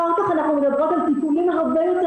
אחר כך אנחנו מדברים על טיפולים הרבה יותר